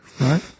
Right